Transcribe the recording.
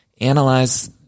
Analyze